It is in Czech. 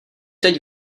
teď